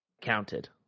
Counted